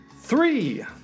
Three